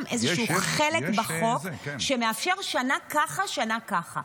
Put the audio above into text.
יש שם איזשהו חלק בחוק שמאפשר שנה ככה, שנה ככה.